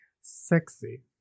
Sexy